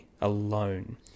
alone